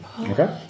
Okay